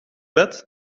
bed